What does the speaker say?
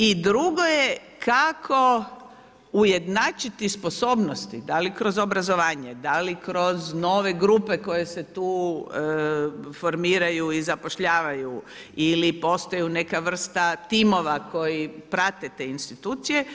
I drugo je kako ujednačiti sposobnosti, da li kroz obrazovanje, da li kroz nove grupe koje se tu formiraju i zapošljavaju ili postaju neka vrsta timova koji prate te institucije.